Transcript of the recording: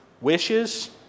wishes